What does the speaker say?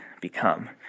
become